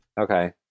Okay